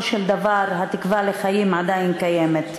של דבר התקווה לחיים עדיין קיימת.